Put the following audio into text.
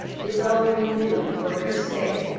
is all renewed for her sake.